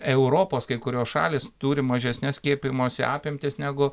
europos kai kurios šalys turi mažesnes skiepijimosi apimtis negu